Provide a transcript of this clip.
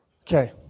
Okay